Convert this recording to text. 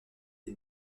des